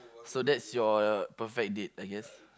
so that's your perfect date I guess